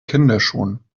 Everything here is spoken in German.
kinderschuhen